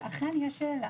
ואכן יש שאלה